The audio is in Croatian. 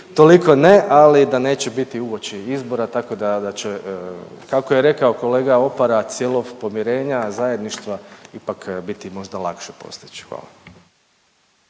toliko ne, ali da neće biti uoči izbora tako da će kako je rekao kolega Opara cjelov podmirenja zajedništva ipak biti možda lakše postići. Hvala.